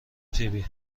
فیبی